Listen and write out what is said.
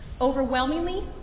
Overwhelmingly